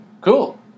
cool